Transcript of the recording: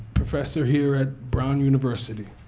professor here at brown university.